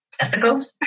Ethical